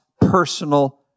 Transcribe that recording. personal